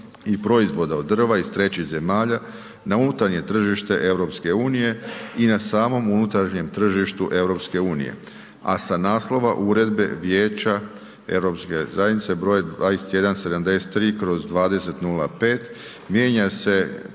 i proizvoda od drva iz trećih zemalja na unutarnje tržište EU i na samom unutarnjem tržištu EU, a sa naslova uredbe vijeća Europske zajednice br. 2173/2005 mijenja se